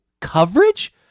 coverage